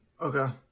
Okay